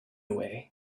way